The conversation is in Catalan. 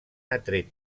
atret